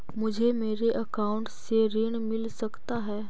मुझे मेरे अकाउंट से ऋण मिल सकता है?